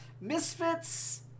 Misfits